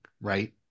right